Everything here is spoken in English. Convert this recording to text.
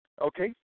Okay